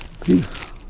Peace